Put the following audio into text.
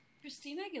Christina